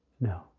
No